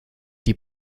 die